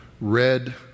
red